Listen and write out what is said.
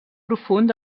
profund